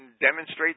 demonstrate